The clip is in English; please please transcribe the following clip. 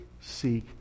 seek